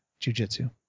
jujitsu